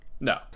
no